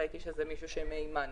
ראיתי שזה מישהו מהימן.